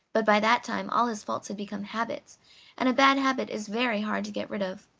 but by that time all his faults had become habits and a bad habit is very hard to get rid of.